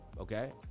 Okay